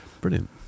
brilliant